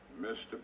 Mr